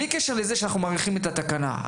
בלי קשר לזה שאנחנו מאריכים את התקנה,